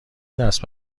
دست